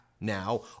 Now